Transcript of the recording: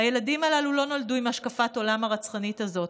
הילדים הללו לא נולדו עם השקפת העולם הרצחנית הזאת.